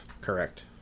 Correct